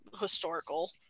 historical